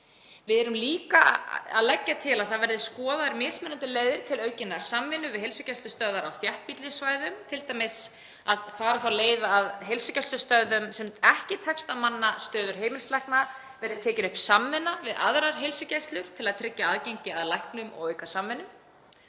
Við erum líka að leggja til að skoðaðar verði mismunandi leiðir til aukinnar samvinnu við heilsugæslustöðvar á þéttbýlli svæðum, t.d. að fara þá leið að á heilsugæslustöðvum þar sem ekki tekst að manna stöður heimilislækna verði tekin upp samvinna við aðrar heilsugæslur til að tryggja aðgengi að læknum og auka samvinnu.